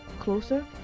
closer